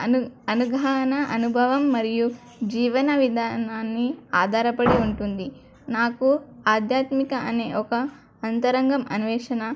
అను అనుఘహన అనుభవం మరియు జీవన విధానాన్ని ఆధారపడి ఉంటుంది నాకు ఆధ్యాత్మిక అనే ఒక అంతరంగం అన్వేషణ